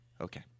Okay